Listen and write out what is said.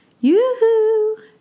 Yoo-hoo